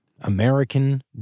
American